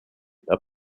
are